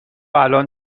الان